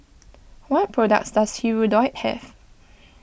what products does Hirudoid have